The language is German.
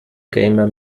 gamer